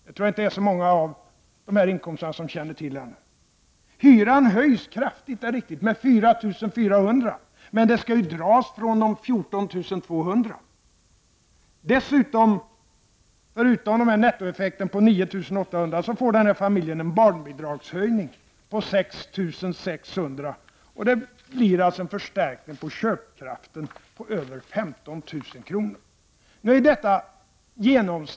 Det tror jag inte att så många av de här inkomsttagarna känner till ännu. Hyran höjs kraftigt, det är riktigt, med 4400 kr. Men det skall dras från de 14200. Dessutom, förutom nettoeffekten på 9800 kr., får den här familjen en barnbidragshöjning på 6 600 kr. Det blir alltså en förstärkning av köpkraften på över 15 000 kr.